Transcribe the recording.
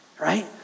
right